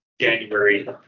january